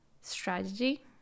strategy